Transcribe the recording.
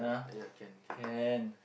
ya can can